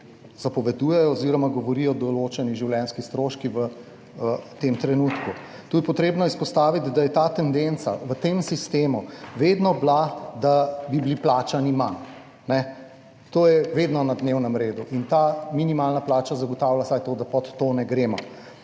zapovedujejo oziroma govorijo določeni življenjski stroški v tem trenutku. Tu je potrebno izpostaviti, da je ta tendenca v tem sistemu vedno bila, da bi bili plačani manj. To je vedno na dnevnem redu in ta minimalna plača zagotavlja vsaj to, da pod to ne gremo.